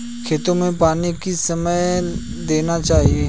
खेतों में पानी किस समय देना चाहिए?